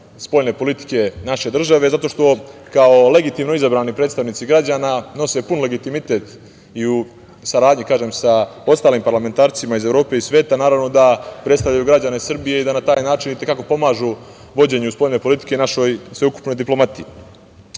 spoljne politike naše države, zato što kao legitimno izabrani predstavnici građana nose pun legitimitet i u saradnji sa ostalim parlamentarcima iz Evrope i sveta, naravno da predstavljaju građane Srbije i da na taj način i te kako pomažu vođenju spoljne politike našoj sveukupnoj diplomatiji. Ono